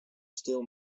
still